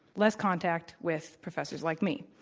less contact with professors like me.